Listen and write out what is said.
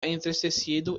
entristecido